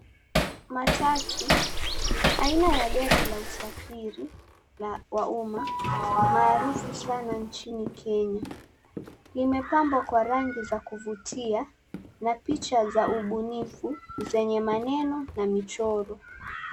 Matatu aina ya gari la usafiri ya uma, maarufu sana nchini Kenya, limepambwa kwa rangi za kuvutia na picha za ubunifu zenye maneno na michoro.